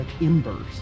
embers